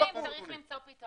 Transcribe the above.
אבל בפנים, צריך למצוא פתרון.